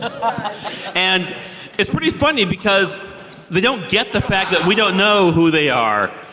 and it's pretty funny because they don't get the fact that we don't know who they are.